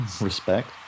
respect